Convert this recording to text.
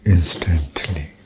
Instantly